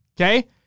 Okay